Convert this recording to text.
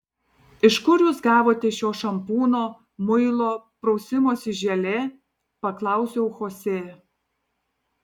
iš kur jūs gavote šio šampūno muilo prausimosi želė paklausiau chosė